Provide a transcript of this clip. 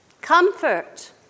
Comfort